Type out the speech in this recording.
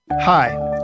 Hi